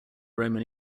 roman